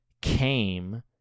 came